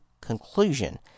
conclusion